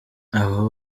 abo